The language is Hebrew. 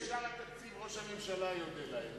שמאושר התקציב ראש הממשלה יודה להם,